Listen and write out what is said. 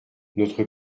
notre